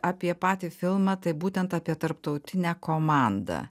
apie patį filmą tai būtent apie tarptautinę komandą